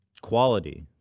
Quality